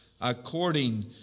according